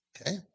Okay